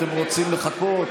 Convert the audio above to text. אתם רוצים לחכות?